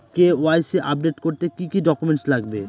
KYC update করতে কি কি ডকুমেন্টস লাগবে?